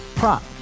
Prop